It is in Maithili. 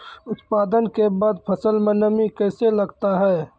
उत्पादन के बाद फसल मे नमी कैसे लगता हैं?